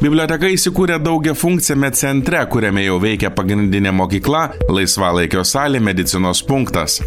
biblioteka įsikūrė daugiafunkciame centre kuriame jau veikia pagrindinė mokykla laisvalaikio salė medicinos punktas